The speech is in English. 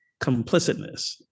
complicitness